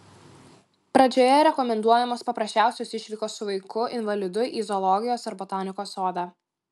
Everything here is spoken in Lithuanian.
pradžioje rekomenduojamos paprasčiausios išvykos su vaiku invalidu į zoologijos ar botanikos sodą